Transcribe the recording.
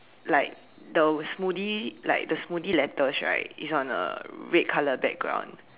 like the smoothie like the smoothie letters right is on a red color background